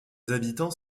habitants